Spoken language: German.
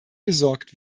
gesorgt